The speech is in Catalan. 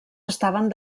estaven